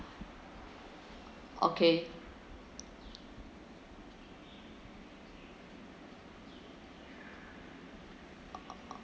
okay